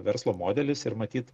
verslo modelis ir matyt